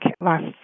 last